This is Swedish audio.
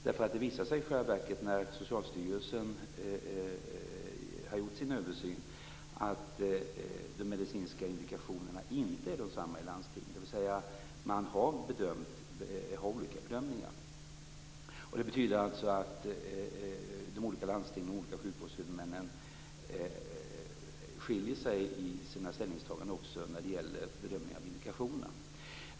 Det visar sig i själva verket när Socialstyrelsen har gjort sin översyn att de medicinska indikationerna inte är desamma i landstingen, dvs. man har olika bedömningar. Det betyder alltså att de olika landstingen och de olika sjukvårdshuvudmännen skiljer sig i sina ställningstaganden också när det gäller bedömningen av indikationerna.